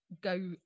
Go